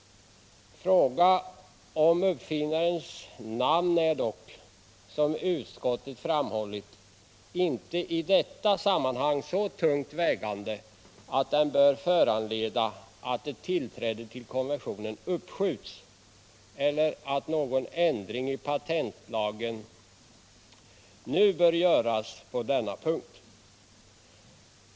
Frågan om uppfinnarens namn är dock, som utskottet framhållit, i detta sammanhang inte så tungt vägande att den bör föranleda att ett tillträde till konventionen uppskjuts eller att någon ändring i patentlagen bör göras på denna punkt.